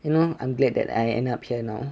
you know I'm glad that I end up here now